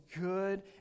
good